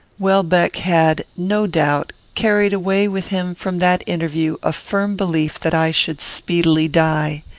welbeck had, no doubt, carried away with him from that interview a firm belief that i should speedily die.